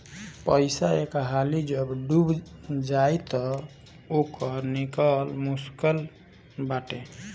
पईसा एक हाली जब डूब जाई तअ ओकर निकल मुश्लिक बाटे